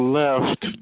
left